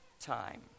time